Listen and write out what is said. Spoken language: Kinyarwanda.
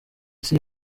isi